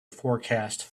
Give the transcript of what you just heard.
forecast